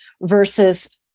versus